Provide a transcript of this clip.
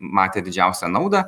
matę didžiausią naudą